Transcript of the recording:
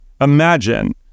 Imagine